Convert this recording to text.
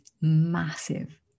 massive